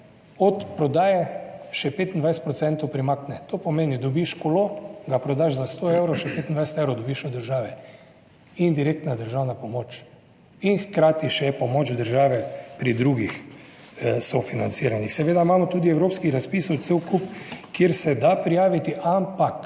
od prodaje še 25 % primakne. To pomeni, dobiš kolo, ga prodaš za sto evrov, še 25 € dobiš od države. Indirektna državna pomoč in hkrati še pomoč države pri drugih sofinanciranjih. Seveda imamo tudi evropskih razpisov cel kup, kjer se da prijaviti, ampak